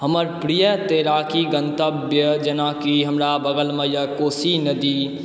हमर प्रिय तैराकी गंतव्य जेनाकि हमरा बगल मे यऽ कोशी नदी